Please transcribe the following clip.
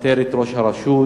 לפטר את ראש הרשות,